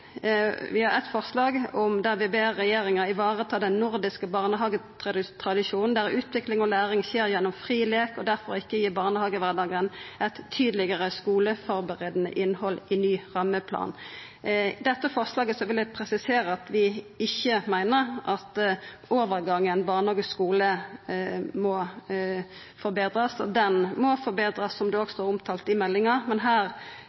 Vi har eit forslag der vi ber regjeringa ta vare på den nordiske barnehagetradisjonen, der utvikling og læring skjer gjennom fri leik, og difor ikkje gi barnehagekvardagen eit tydelegare skuleførebuande innhald i ny rammeplan. Med dette forslaget vil eg presisera at vi ikkje meiner at overgangen barnehage–skule ikkje må forbetrast. Den må forbetrast, som det også er omtalt i meldinga, men